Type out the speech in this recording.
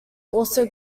also